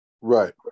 Right